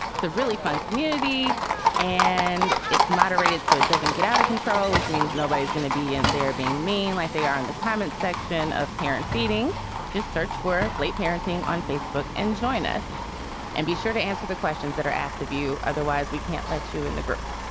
it's a really fun community and it's moderated so it doesn't get out of control, which means nobody is going to be in there being mean like they are in the comments section of care and feeding just search where plate parenting on facebook and join us and be sure to answer the questions that are asked of you. otherwise, we can't let you in the group.